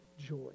joy